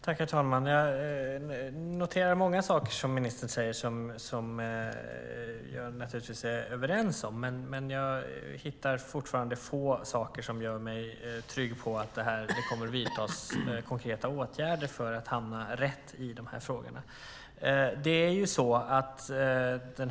Herr talman! Jag noterar många saker som ministern säger som jag naturligtvis är ense med henne om, men jag hittar fortfarande få saker som gör mig trygg med att det kommer att vidtas konkreta åtgärder för att hamna rätt i de här frågorna.